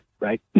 right